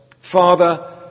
father